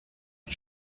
die